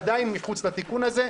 עדיין מחוץ לתיקון הזה.